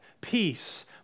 peace